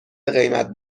قیمت